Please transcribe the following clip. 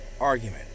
argument